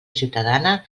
ciutadana